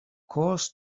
course